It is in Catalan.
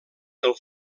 del